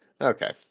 Okay